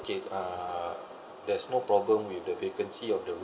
okay uh there's no problem with the vacancy of the